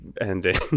ending